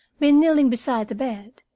been kneeling beside the bed,